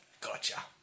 Gotcha